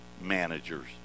Managers